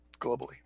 globally